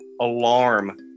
alarm